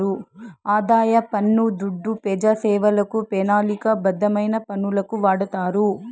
ఆదాయ పన్ను దుడ్డు పెజాసేవలకు, పెనాలిక బద్ధమైన పనులకు వాడతారు